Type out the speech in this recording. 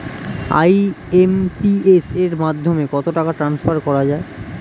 IMPS এর মাধ্যমে কত টাকা ট্রান্সফার করা যায়?